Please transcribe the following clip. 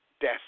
death